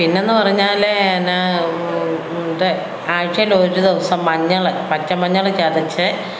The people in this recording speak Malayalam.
പിന്നെയെന്നു പറഞ്ഞാൽ പിന്നെ ഇത് ആഴ്ച്ചയിലൊരു ദിവസം മഞ്ഞൾ പച്ചമഞ്ഞൾ ചതച്ച്